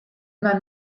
man